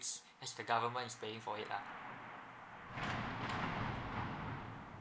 as the government is paying for it lah